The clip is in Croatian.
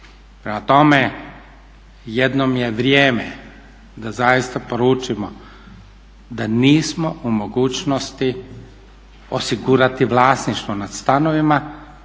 Prema tome, jednom je vrijeme da zaista poručimo da nismo u mogućnosti osigurati vlasništvo nad stanovima,